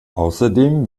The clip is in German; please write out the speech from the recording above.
außerdem